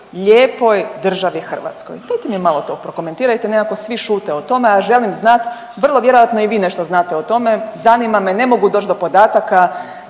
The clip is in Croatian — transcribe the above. lijepoj državi Hrvatskoj. Dajte mi malo to prokomentirajte, nekako svi šute o tome, a želim znati vrlo vjerojatno i vi nešto znate o tome, zanima me, ne mogu doći do podataka,